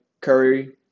Curry